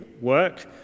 work